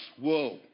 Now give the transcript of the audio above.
Whoa